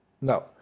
No